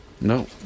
No